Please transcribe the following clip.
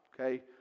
okay